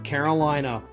Carolina